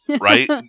Right